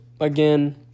again